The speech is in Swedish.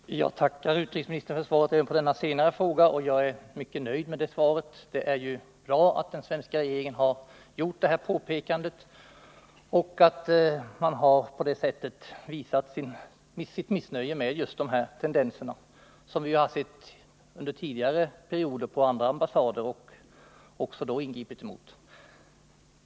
Herr talman! Jag tackar utrikesministern för svaret även på denna senare fråga. Jag är mycket nöjd med det svaret. Det är bra att den svenska regeringen har gjort detta påpekande och på det sättet visat sitt missnöje med de här tendenserna, som vi har sett exempel på tidigare på andra ambassader och även då ingripit mot.